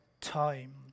time